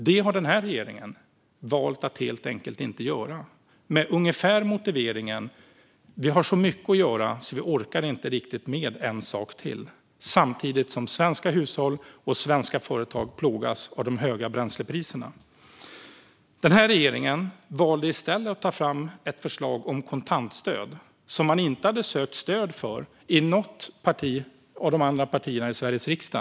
Det har den här regeringen valt att helt enkelt inte göra med en motivering som låter ungefär så här: Vi har så mycket att göra, så vi orkar inte riktigt med en sak till. Samtidigt plågas svenska hushåll och svenska företag av de höga bränslepriserna. Den här regeringen valde i stället att ta fram ett förslag om kontantstöd som man inte hade sökt stöd för i något av de andra partierna i Sveriges riksdag.